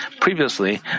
Previously